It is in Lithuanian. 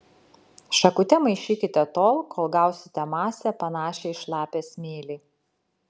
šakute maišykite tol kol gausite masę panašią į šlapią smėlį